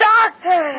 Doctor